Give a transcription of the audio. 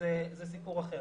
זה סיפור אחר.